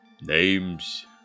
names